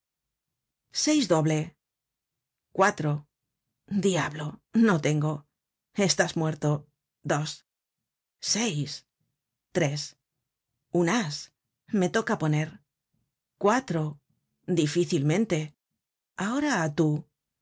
seis doble cuatro diablo no tengo estás muerto dos seis tres un as me toca poner cuatro difícilmente ahora tú